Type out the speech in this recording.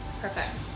Perfect